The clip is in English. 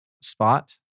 spot